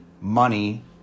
money